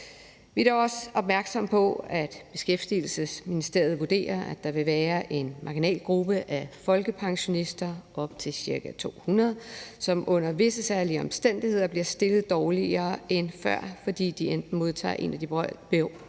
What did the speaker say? Vi er da også opmærksomme på, at Beskæftigelsesministeriet vurderer, at der vil være en marginal gruppe af folkepensionister – op mod ca. 200 – som under visse særlige omstændigheder bliver stillet dårligere end før, fordi de enten modtager en af de berørte